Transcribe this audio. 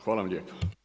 Hvala vam lijepa.